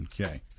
okay